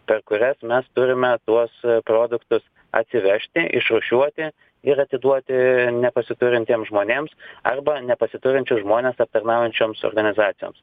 per kurias mes turime tuos produktus atsivežti išrūšiuoti ir atiduoti nepasiturintiems žmonėms arba nepasiturinčius žmones aptarnaujančioms organizacijoms